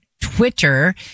Twitter